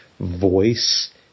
Voice